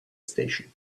station